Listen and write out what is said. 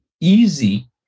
easy